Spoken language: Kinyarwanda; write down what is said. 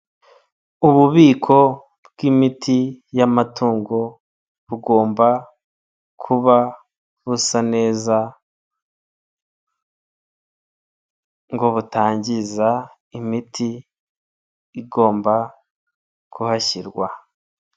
Ububiko bw'imiti y'amatungo bugomba kuba busa neza, ngo butangiza imiti igomba kuhashyirwa.